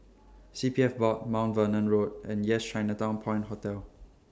C P F Board Mount Vernon Road and Yes Chinatown Point Hotel